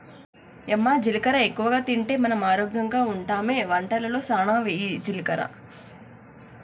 యమ్మ జీలకర్ర ఎక్కువగా తింటే మనం ఆరోగ్యంగా ఉంటామె వంటలలో సానా వెయ్యి జీలకర్ర